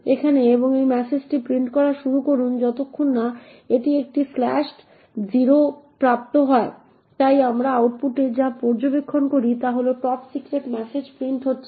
এখানে এবং এই ম্যাসেজটি প্রিন্ট করা শুরু করুন যতক্ষণ না এটি একটি স্ল্যাশড 0 প্রাপ্ত হয় তাই আমরা আউটপুটে যা পর্যবেক্ষণ করি তা হল টপ সিক্রেট মেসেজ প্রিন্ট হচ্ছে